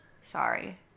Sorry